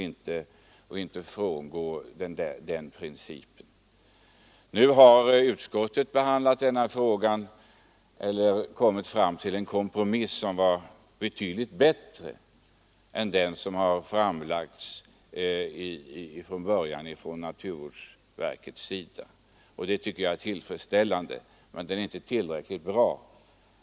Nu har utskottet kommit fram till en kompromiss som är betydligt bättre än det förslag som ursprungligen framlades av naturvårdsverket. Det tycker jag i och för sig är tillfredsställande, men den kompromissen är inte tillräckligt bra.